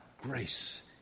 grace